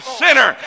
sinner